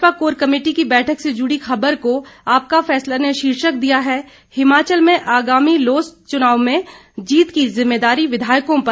Bhajpa core committee की बैठक से जुड़ी खबर को आपका फैसला ने शीर्षक दिया है हिमाचल में आगामी लोस चुनाव में जीत की जिम्मेदारी विधायकों पर